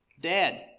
Dad